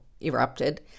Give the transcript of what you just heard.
erupted